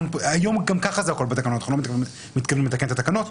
ממילא היום הכול בתקנות ואנחנו לא מתכוונים לתקן את התקנות,